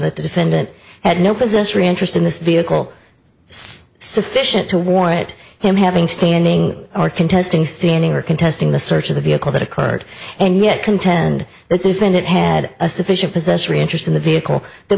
that the defendant had no possessory interest in this vehicle sufficient to warrant it him having standing or contesting standing or contesting the search of the vehicle that occurred and yet contend that defendant had a sufficient possessory interest in the vehicle that